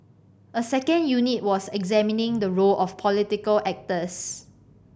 a second unit was examining the role of political actors